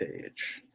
page